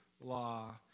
law